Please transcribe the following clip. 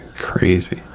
crazy